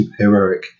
superheroic